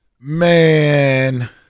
Man